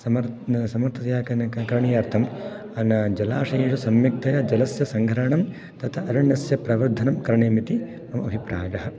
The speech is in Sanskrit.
समर् समर्थतया करणीयार्थं जलाशयेषु सम्यक्तया जलस्य सङ्ग्रहणं तथा अरण्यस्य प्रवर्धनं करणीयमिति मम अभिप्रायः